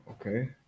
Okay